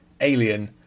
Alien